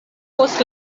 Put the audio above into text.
post